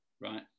right